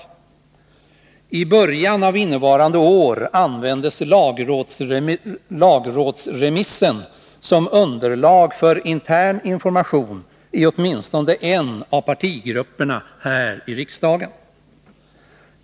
I början av innevarande år användes lagrådsremissen som underlag för intern information, i åtminstone en av partigrupperna här i riksdagen.